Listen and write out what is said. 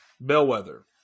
Bellwether